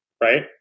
right